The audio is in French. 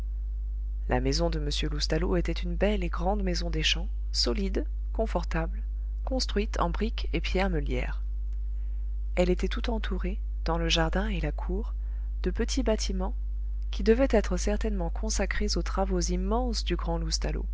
la maison de m loustalot était une belle et grande maison des champs solide confortable construite en brique et pierre meulière elle était tout entourée dans le jardin et la cour de petits bâtiments qui devaient être certainement consacrés aux travaux immenses du grand